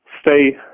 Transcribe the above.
stay